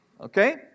Okay